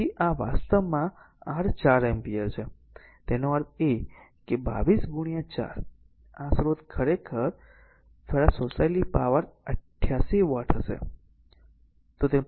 તેથી આ વાસ્તવમાં r 4 એમ્પીયર છે તેનો અર્થ છે કે 22 4 આ સ્ત્રોત દ્વારા શોષાયેલી પાવર 88 વોટ હશે